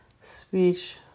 speech